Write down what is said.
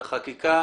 לחקיקה?